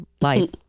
life